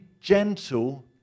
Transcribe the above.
gentle